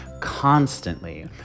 constantly